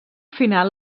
final